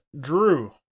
Drew